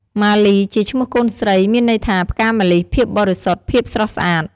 មាលីជាឈ្មោះកូនស្រី មានន័យថាផ្កាម្លិះ ភាពបរិសុទ្ធ ភាពស្រស់ស្អាត។